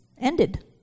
ended